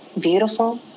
beautiful